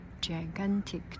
gigantic